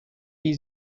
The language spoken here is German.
die